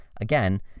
again